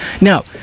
now